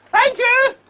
thank you,